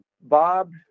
Bob